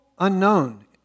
unknown